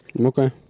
Okay